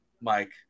Mike